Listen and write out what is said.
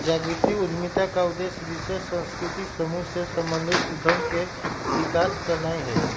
जातिगत उद्यमिता का उद्देश्य विशेष सांस्कृतिक समूह से संबंधित उद्यम के विकास करनाई हई